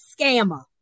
scammer